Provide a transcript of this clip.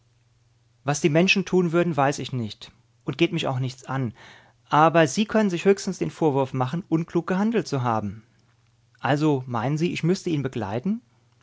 was die menschen tun würden weiß ich nicht und geht mich auch nichts an sie aber können sich höchstens den vorwurf machen unklug gehandelt zu haben also meinen sie ich müßte ihn begleiten